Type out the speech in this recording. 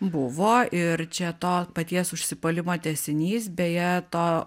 buvo ir čia to paties užsipuolimo tęsinys beje to